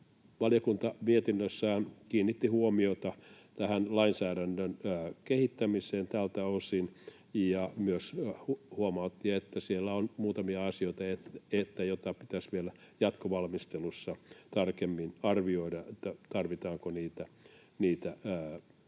Valiokunta mietinnössään kiinnitti huomiota tähän lainsäädännön kehittämiseen tältä osin ja myös huomautti, että siellä on muutamia asioita, joista pitäisi vielä jatkovalmistelussa tarkemmin arvioida, tarvitseeko niitä erikseen